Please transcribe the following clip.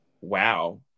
wow